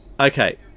Okay